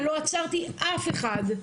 לא עצרתי אף אחד.